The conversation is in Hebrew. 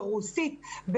הרוסית,